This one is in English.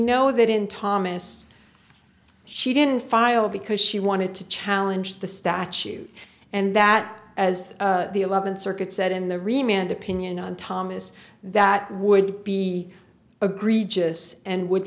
know that in thomas she didn't file because she wanted to challenge the statute and that as the eleventh circuit said in the remained opinion thomas that would be agree just and would